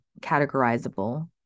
categorizable